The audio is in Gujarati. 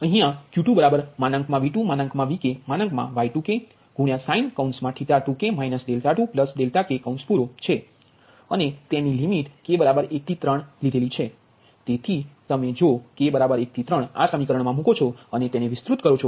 અહીયા Q2 બરાબર V2 Vk Y2ksin 2k 2k છે અને તેની લીમીટ k 1 થી 3 છે તેથી જો તમે k 1 થી 3 આ સમીકરણમા મૂકો છો અને વિસ્તૃત કરો છો